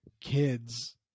kids